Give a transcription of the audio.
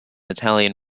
italian